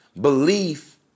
Belief